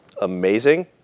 amazing